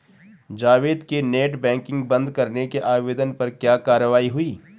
जावेद के net banking बंद करने के आवेदन पर क्या कार्यवाही हुई?